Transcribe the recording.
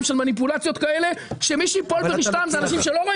של מניפולציות כאלה שמי שייפול ברשתם זה אנשים שלא רואים